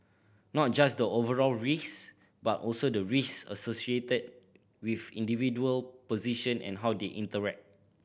not just the overall risk but also the risk associated with individual position and how they interact